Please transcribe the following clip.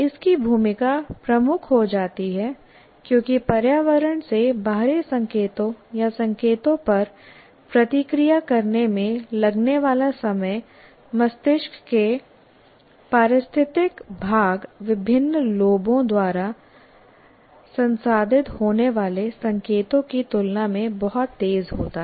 इसकी भूमिका प्रमुख हो जाती है क्योंकि पर्यावरण से बाहरी संकेतों या संकेतों पर प्रतिक्रिया करने में लगने वाला समय मस्तिष्क के पारिस्थितिक भाग विभिन्न लोबों द्वारा द्वारा संसाधित होने वाले संकेतों की तुलना में बहुत तेज़ होता है